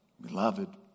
Beloved